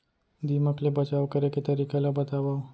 दीमक ले बचाव करे के तरीका ला बतावव?